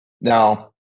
now